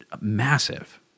massive